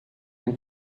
den